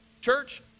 church